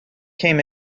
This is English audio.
came